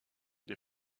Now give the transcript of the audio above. des